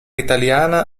italiana